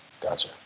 Gotcha